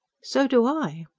so do i.